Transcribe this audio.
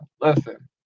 Listen